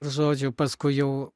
žodžiu paskui jau